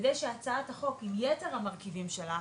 כדי שהצעת החוק עם יתר המרכיבים שלה,